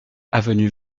avenue